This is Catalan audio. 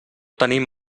tenim